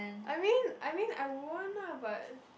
I mean I mean I won't lah but